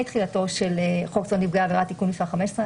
תחילתו של חוק זכויות נפגעי עבירה (תיקון מס' 15)",